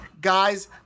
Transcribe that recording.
guys